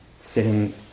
sitting